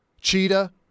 Cheetah